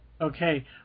okay